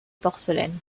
porcelaine